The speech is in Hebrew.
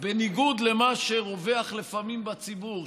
בניגוד למה שרווח לפעמים בציבור,